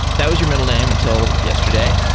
that was your middle name until yesterday.